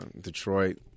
detroit